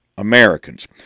Americans